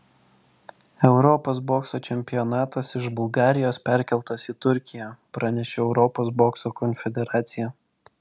europos bokso čempionatas iš bulgarijos perkeltas į turkiją pranešė europos bokso konfederacija